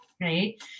Right